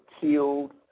killed